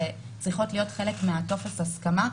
שצריכות להיות חלק מטופס ההסכמה.